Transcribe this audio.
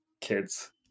kids